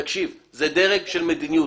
תקשיב, זה דרג של מדיניות.